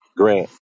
Grant